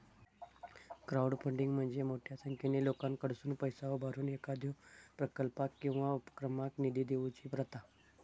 crowdfunding म्हणजे मोठ्यो संख्येन लोकांकडसुन पैसा उभारून एखाद्यो प्रकल्पाक किंवा उपक्रमाक निधी देऊची प्रथा